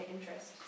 interest